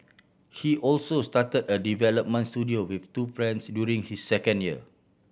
he also started a development studio with two friends during his second year